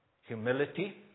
humility